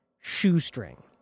shoestring